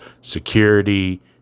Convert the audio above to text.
Security